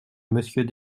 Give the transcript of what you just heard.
monsieur